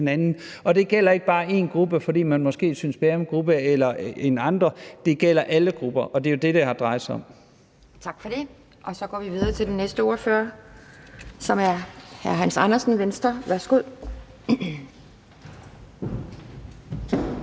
Og det gælder ikke bare én gruppe, fordi man måske synes bedre om den gruppe end andre, det gælder alle grupper, og det er jo det, det har drejet sig om. Kl. 10:08 Anden næstformand (Pia Kjærsgaard): Tak for det. Så går vi videre til næste ordfører, som er hr. Hans Andersen, Venstre. Værsgo.